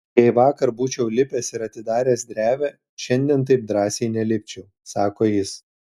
jei vakar būčiau lipęs ir atidaręs drevę šiandien taip drąsiai nelipčiau sako jis